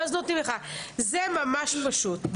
ממש פשוט.